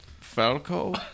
Falco